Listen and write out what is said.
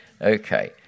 okay